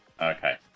Okay